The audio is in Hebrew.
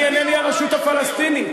אני אינני הרשות הפלסטינית.